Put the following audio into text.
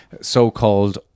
so-called